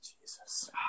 Jesus